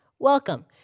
Welcome